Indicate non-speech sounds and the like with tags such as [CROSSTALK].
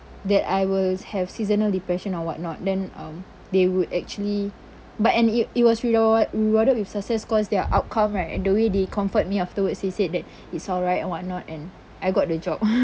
that I will have seasonal depression or whatnot then um they would actually but and it it was reward~ rewarded with success cause their outcome right and the way they comfort me afterwards they said that it's alright and whatnot and I got the job [NOISE]